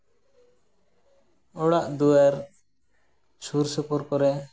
ᱚᱲᱟᱜ ᱫᱩᱣᱟᱹᱨ ᱥᱩᱨᱼᱥᱩᱯᱩᱨ ᱠᱚᱨᱮ